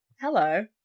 hello